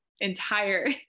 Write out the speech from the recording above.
entire